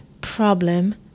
problem